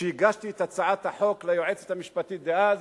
כשהגשתי את הצעת החוק ליועצת המשפטית דאז,